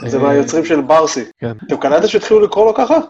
זה מהיוצרים של ברסי. כן. אתם קנאתם שהתחילו לקרוא לו ככה?